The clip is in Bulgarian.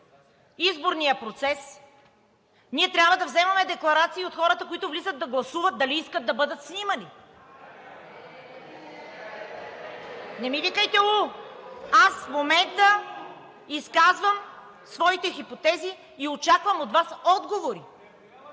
изборния процес, ние трябва да вземаме декларации от хората, които влизат да гласуват дали искат да бъдат снимани. (Реплики от ДБ: „Ууу!“) Не ми викайте: „Ууу“, аз в момента изказвам своите хипотези и очаквам от Вас отговори,